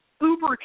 uber